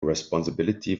responsibility